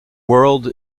world